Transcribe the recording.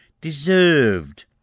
deserved